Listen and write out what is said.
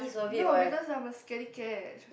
no because I'm a scared cat